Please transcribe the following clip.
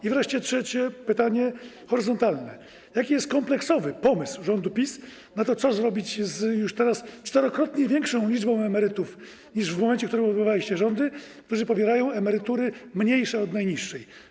I wreszcie trzecie pytanie horyzontalne, jaki jest kompleksowy pomysł rządu PiS na to, co zrobić z już teraz czterokrotnie większą liczbą emerytów niż w momencie, w którym obejmowaliście rządy, którzy pobierają emerytury mniejsze od najniższej.